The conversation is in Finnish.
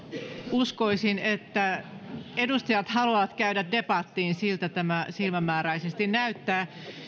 uskoisin että edustajat haluavat käydä debattiin siltä tämä silmämääräisesti näyttää